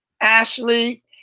Ashley